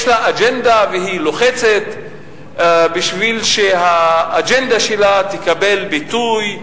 יש לה אג'נדה והיא לוחצת בשביל שהאג'נדה שלה תקבל ביטוי,